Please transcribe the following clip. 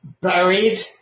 buried